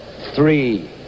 three